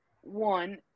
one